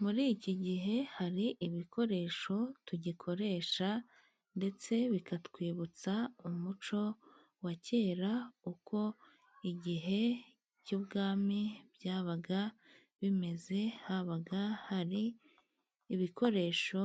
Muri iki gihe hari ibikoresho tugikoresha ndetse bikatwibutsa umuco wa kera, uko igihe cy'ubwami byabaga bimeze, habaga hari ibikoresho